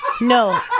No